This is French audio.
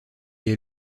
est